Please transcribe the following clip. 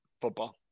football